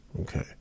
Okay